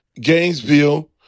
Gainesville